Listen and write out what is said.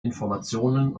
informationen